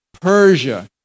Persia